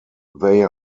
they